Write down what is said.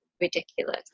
ridiculous